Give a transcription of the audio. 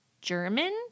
German